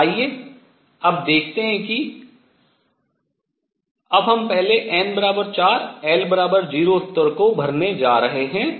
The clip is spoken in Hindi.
तो आइए अब देखते हैं कि अब हम पहले n 4 l 0 स्तर को भरने जा रहे हैं